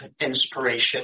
inspiration